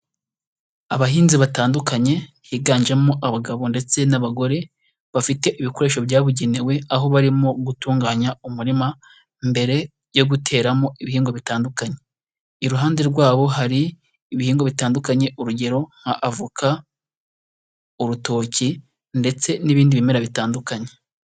Abahinzi batandukanye, higanjemo abagabo ndetse n'abagore, bafite ibikoresho byabugenewe aho barimo gutunganya umurima mbere yo guteramo ibihingwa bitandukanye, iruhande rwabo hari ibihingwa bitandukanye urugero nka avoka, urutoki, ndetse n'ibindi bimera bitandukanye.